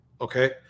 okay